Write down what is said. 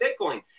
Bitcoin